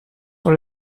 for